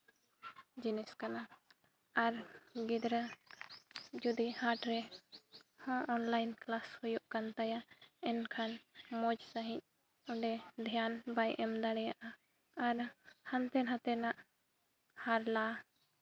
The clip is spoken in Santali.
ᱡᱤᱱᱤᱥ ᱠᱟᱱᱟ ᱟᱨ ᱜᱤᱫᱽᱨᱟᱹ ᱡᱩᱫᱤ ᱦᱟᱴ ᱨᱮᱦᱚᱸ ᱚᱱᱞᱟᱭᱤᱱ ᱠᱞᱟᱥ ᱦᱭᱩᱜ ᱠᱟᱱ ᱛᱟᱭᱟ ᱮᱱᱠᱷᱟᱱ ᱢᱚᱡᱽ ᱥᱟᱺᱦᱤᱡ ᱚᱸᱰᱮ ᱫᱷᱮᱭᱟᱱ ᱵᱟᱭ ᱮᱢ ᱫᱟᱲᱮᱭᱟᱜᱼᱟ ᱟᱨ ᱦᱟᱱᱛᱮ ᱱᱟᱛᱮᱱᱟᱜ ᱦᱟᱨᱞᱟ